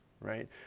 right